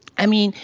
i mean,